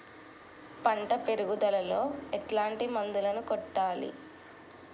పంట పెరుగుదలలో ఎట్లాంటి మందులను కొట్టాలి?